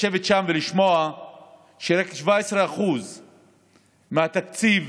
לשבת שם ולשמוע שרק 17% מהתקציב